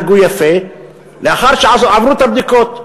לאחר שעברו את הבדיקות,